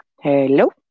Hello